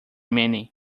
many